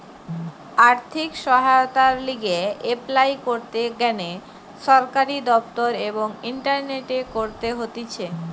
আর্থিক সহায়তার লিগে এপলাই করতে গ্যানে সরকারি দপ্তর এবং ইন্টারনেটে করতে হতিছে